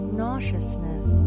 nauseousness